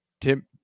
tim